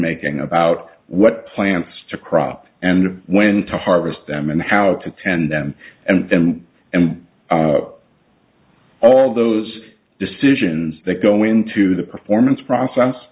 making about what plants to crop and when to harvest them and how to tend them and then and all those decisions that go into the performance process